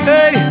Hey